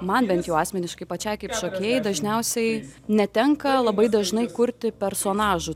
man bent jau asmeniškai pačiai kaip šokėjai dažniausiai netenka labai dažnai kurti personažų